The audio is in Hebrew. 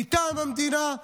מטעם המדינה,